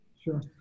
Sure